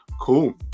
cool